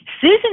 Susan